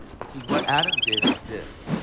see, what adam did is this.